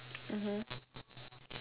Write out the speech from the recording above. mmhmm